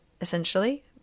essentially